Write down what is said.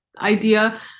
idea